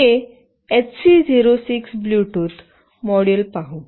हे HC 06 Bluetooth module पाहू